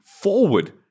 forward